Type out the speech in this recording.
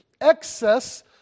Excess